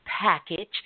package